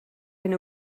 hyn